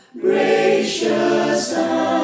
Gracious